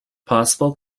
possible